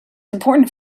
important